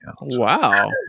Wow